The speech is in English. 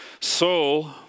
soul